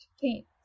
paint